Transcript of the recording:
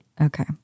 Okay